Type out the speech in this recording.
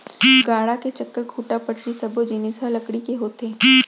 गाड़ा के चक्का, खूंटा, पटरी सब्बो जिनिस ह लकड़ी के होथे